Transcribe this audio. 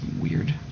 weird